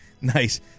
Nice